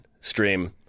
stream